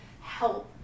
help